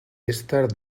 èster